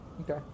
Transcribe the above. okay